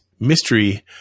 mystery